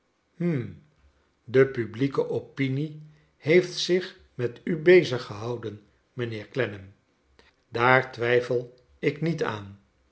de publieke opinie lieeft zich met u beziggehouden mijnheer clennam daar twijfel ik niet aan